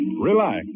Relax